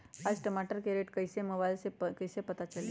आज टमाटर के रेट कईसे हैं मोबाईल से कईसे पता चली?